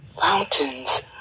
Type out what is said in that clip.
fountains